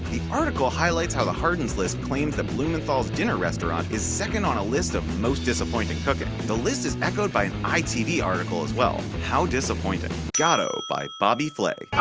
the article highlights how the hardens list claims that blumenthal's dinner restaurant, is second on a list of most disappointing cooking. the list is echoed by an itv article as well. how disappointing! gato by bobby flay